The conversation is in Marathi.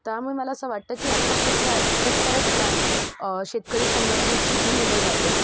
त्यामुळे मला असं वाटतं की आत्ता खूप झा खूप साऱ्या ठिकाणी शेतकरी संबंधित शिक्षण दिले जाते